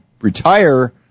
retire